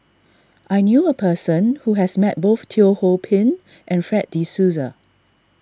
I knew a person who has met both Teo Ho Pin and Fred De Souza